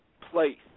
Place